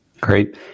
Great